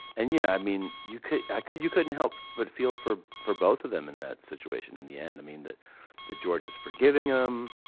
and yeah, i mean, you could i could you couldn't help but feel for for both of them in that situation in the end. i mean, that that george is forgiving him,